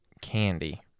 Candy